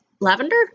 lavender